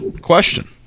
question